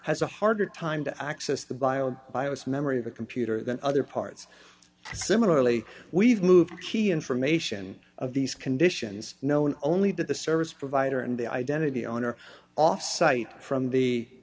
has a harder time to access the bio bios memory of a computer than other parts similarly we've moved key information of these conditions known only that the service provider and the identity on or off site from the